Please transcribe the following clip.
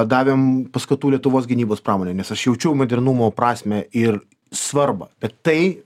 davėm paskatų lietuvos gynybos pramonei nes aš jaučiau modernumo prasmę ir svarbą bet tai